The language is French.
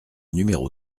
numéro